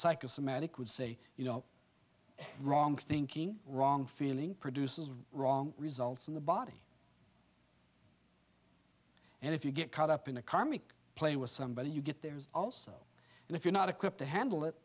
psychosomatic would say you know wrong thinking wrong feeling produces wrong results in the body and if you get caught up in a karmic play with somebody you get there's also and if you're not equipped to handle it